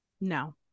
No